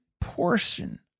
portion